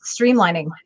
streamlining